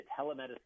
telemedicine